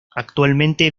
actualmente